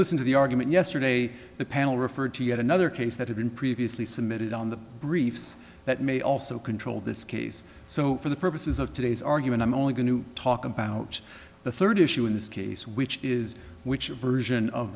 listen to the argument yesterday the panel referred to yet another case that had been previously submitted on the briefs that may also control this case so for the purposes of today's argument i'm only going to talk about the third issue in this case which is which version of